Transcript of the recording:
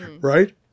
right